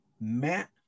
Matt